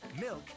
milk